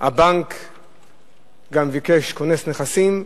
גם הבנק ביקש כונס נכסים,